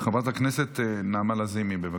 חברת הכנסת נעמה לזימי, בבקשה.